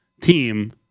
team